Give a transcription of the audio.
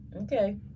Okay